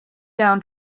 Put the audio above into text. down